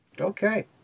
Okay